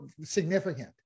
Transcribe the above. significant